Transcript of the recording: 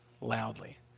loudly